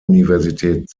universität